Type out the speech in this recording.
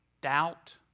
doubt